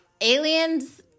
aliens